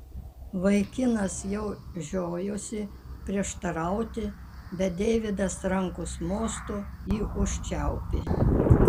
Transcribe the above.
vaikinas jau žiojosi prieštarauti bet deividas rankos mostu jį užčiaupė